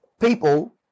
people